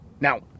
Now